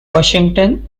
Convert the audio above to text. washington